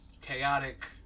chaotic